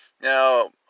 Now